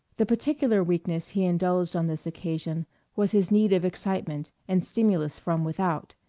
the particular weakness he indulged on this occasion was his need of excitement and stimulus from without.